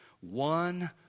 one